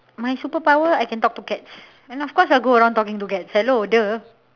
my superpower I can talk to cats and of course I will go around talking to cats hello !duh!